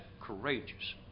courageous